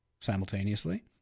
simultaneously